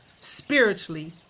spiritually